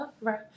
right